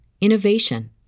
innovation